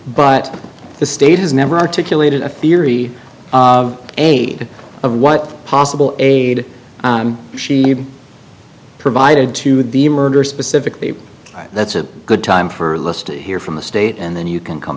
but the state has never articulated a theory aide of what possible aid she provided to the murder specifically that's a good time for list to hear from the state and then you can come